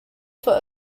for